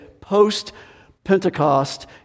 post-Pentecost